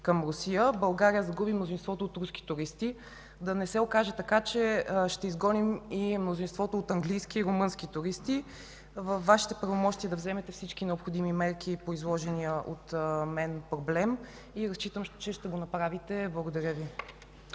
към Русия, България загуби мнозинството от руски туристи. Да не окаже така, че ще изгоним и мнозинството от английски и румънски туристи. Във Вашите правомощия е да вземете всички необходими мерки по изложения от мен проблем. Разчитам, че ще го направите. Благодаря Ви.